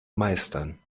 meistern